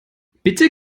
bitte